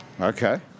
Okay